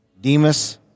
Demas